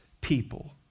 people